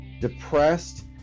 depressed